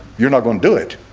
you're not going to do it